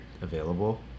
available